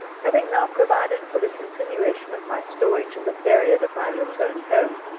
having now provided for the continuation of my story to the period of my return home,